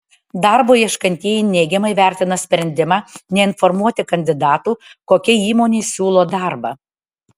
darbo ieškantieji neigiamai vertina sprendimą neinformuoti kandidatų kokia įmonė siūlo darbą